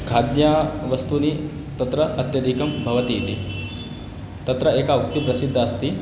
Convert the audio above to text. खाद्यवस्तूनि तत्र अत्यधिकानि भवन्तीति तत्र एका उक्तिः प्रसिद्धा अस्ति